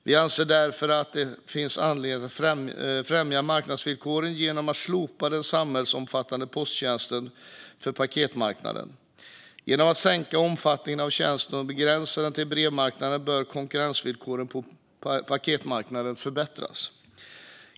Vi anser därför att det finns anledning att främja marknadsvillkoren genom att slopa den samhällsomfattande posttjänsten för paketmarknaden. Genom att sänka omfattningen av tjänsten och begränsa den till brevmarknaden bör konkurrensvillkoren på paketmarknaden förbättras.